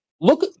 Look